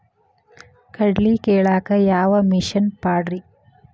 ಕಡ್ಲಿ ಕೇಳಾಕ ಯಾವ ಮಿಷನ್ ಪಾಡ್ರಿ?